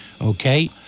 Okay